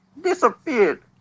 disappeared